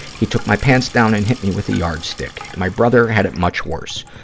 he took my pants down and hit me with a yardstick. my brother had it much worse.